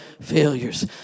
failures